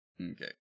Okay